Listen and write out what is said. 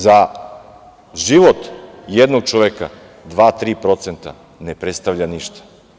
Za život jednog čoveka 2-3% ne predstavlja ništa.